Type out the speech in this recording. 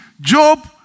Job